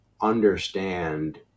understand